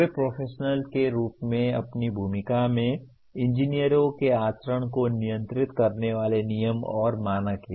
वे professional के रूप में अपनी भूमिका में इंजीनियरों के आचरण को नियंत्रित करने वाले नियम और मानक हैं